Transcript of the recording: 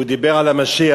הוא דיבר על המשיח.